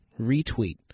Retweet